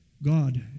God